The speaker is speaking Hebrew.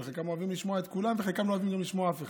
חלקם אוהבים לשמוע את כולם וחלקם לא אוהבים לשמוע אף אחד,